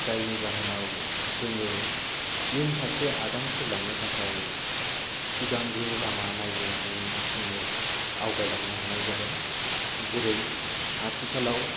जायनि जाहोनाव जोङो इयुन फारसे आगान सुरलांनो थाखाय सिगांग्रो लामा नायग्रोनानै जोङो आवगायलांनो हानाय जाबाय जेरै आथिखालाव